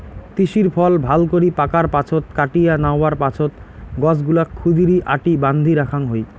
তিসির ফল ভালকরি পাকার পাছত কাটিয়া ন্যাওয়ার পাছত গছগুলাক ক্ষুদিরী আটি বান্ধি রাখাং হই